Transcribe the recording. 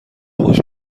خوش